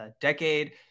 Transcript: decade